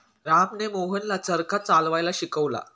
रामने मोहनला चरखा चालवायला शिकवले